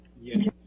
Yes